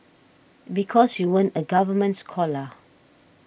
because you weren't a government scholar